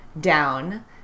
down